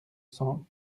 cent